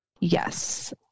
Yes